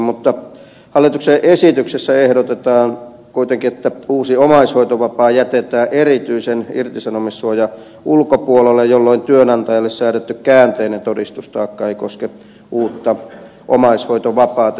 mutta hallituksen esityksessä ehdotetaan kuitenkin että uusi omaishoitovapaa jätetään erityisen irtisanomissuojan ulkopuolelle jolloin työnantajalle säädetty käänteinen todistustaakka ei koske uutta omaishoitovapaata